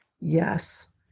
Yes